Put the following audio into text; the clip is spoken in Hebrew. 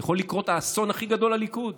יכול לקרות האסון הכי גדול לליכוד,